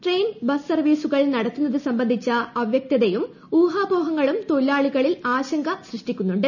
train bus സർവീസുകൾ നടത്തുന്നതു സംബന്ധിച്ച അവൃക്തതയും ഊഹാപോഹങ്ങളും തൊഴിലാളികളിൽ ആശങ്ക സൃഷ്ടിക്കുന്നുണ്ട്